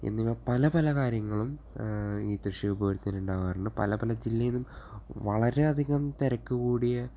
എന്നിവ പല പല കാര്യങ്ങളും ഈ തൃശ്ശൂർ പൂരത്തിന് ഉണ്ടാകാറുണ്ട് പല പല ജില്ലയിൽ നിന്നും വളരെയധികം തിരക്ക് കൂടിയ